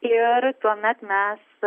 ir tuomet mes